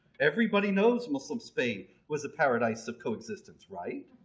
everybody knows muslim spain was a paradise of coexistence, right?